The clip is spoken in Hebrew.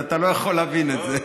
אז אתה לא יכול להבין את זה.